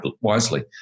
wisely